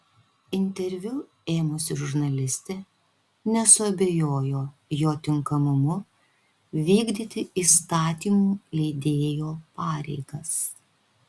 interviu ėmusi žurnalistė nesuabejojo jo tinkamumu vykdyti įstatymų leidėjo pareigas